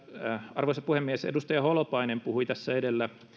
arvoisa puhemies edustaja holopainen puhui tässä edellä